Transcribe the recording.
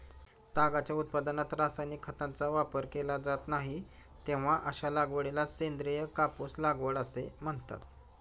तागाच्या उत्पादनात रासायनिक खतांचा वापर केला जात नाही, तेव्हा अशा लागवडीला सेंद्रिय कापूस लागवड असे म्हणतात